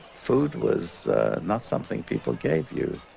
food was not something people gave you